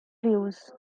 views